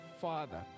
Father